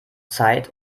zeit